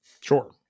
Sure